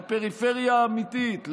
בפריפריה האמיתית,